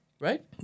Right